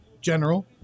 general